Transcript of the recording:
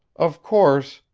of course,